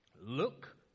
Look